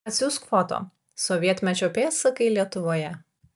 atsiųsk foto sovietmečio pėdsakai lietuvoje